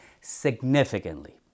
significantly